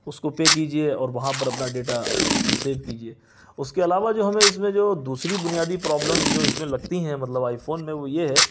اس کو پے کیجئے اور وہاں پر اپنا ڈیٹا سیب کیجئے اس کے علاوہ جو ہمیں اس میں جو دوسری بنیادی پرابلمس جو اس میں لگتی ہیں مطلب آئی فون میں وہ یہ ہے